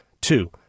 Two